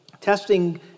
testing